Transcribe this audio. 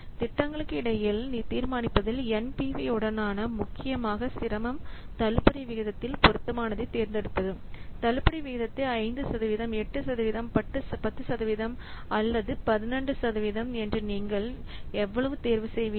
திட்டங்களுக்கு இடையில் தீர்மானிப்பதில் NPV உடனான முக்கிய சிரமம் தள்ளுபடி விகிதத்தில் பொருத்தமானதைத் தேர்ந்தெடுப்பது தள்ளுபடி வீதத்தை 5 சதவீதம் 8 சதவீதம் 10 சதவீதம் அல்லது 12 சதவிகிதம் என்று நீங்கள் எவ்வாறு தேர்வு செய்வீர்கள்